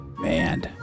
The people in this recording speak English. man